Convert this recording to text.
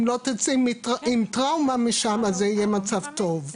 אם לא תצאי עם טראומה משם אז זה יהיה מצב טוב.